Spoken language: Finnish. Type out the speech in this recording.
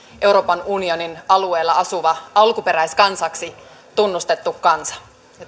euroopan unionin alueella asuva alkuperäiskansaksi tunnustettu kansa